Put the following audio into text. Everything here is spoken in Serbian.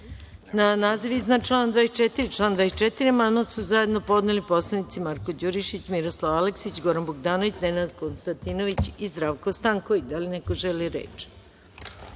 naziv iznad člana 24. i član 24. amandman su zajedno podneli narodni poslanici Marko Đurišić, Miroslav Aleksić, Goran Bogdanović, Nenad Konstantinović i Zdravko Stanković. Da li neko želi reč?